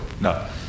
no